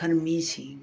ꯈꯔꯃꯤꯁꯤꯡ